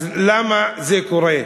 אז למה זה קורה?